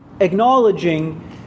Acknowledging